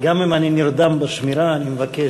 גם אם אני נרדם בשמירה אני מבקש,